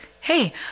hey